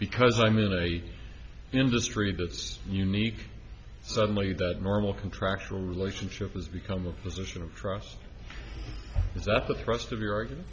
because i'm in a industry that's unique suddenly that normal contractual relationship has become a position of trust is that the thrust of your argument